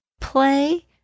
play